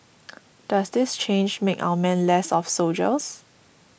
does this change make our men less of soldiers